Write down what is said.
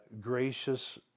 gracious